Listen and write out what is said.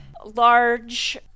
large